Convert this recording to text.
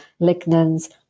lignans